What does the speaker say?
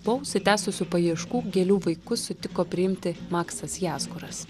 po užsitęsusių paieškų gėlių vaikus sutiko priimti maksas jasguras